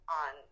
on